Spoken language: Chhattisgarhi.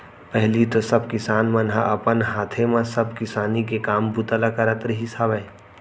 पहिली तो सब किसान मन ह अपन हाथे म सब किसानी के काम बूता ल करत रिहिस हवय